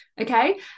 okay